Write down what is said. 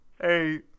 Hey